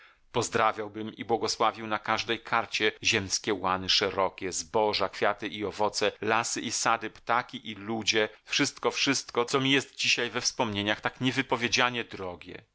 pozdrawiałbym i błogosławił na każdej karcie ziemskie łany szerokie zboża kwiaty i owoce lasy i sady ptaki i ludzie wszystko wszystko co mi jest dzisiaj we wspomnieniach tak niewypowiedzianie drogie